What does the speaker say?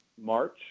march